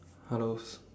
hellos